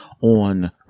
on